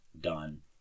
done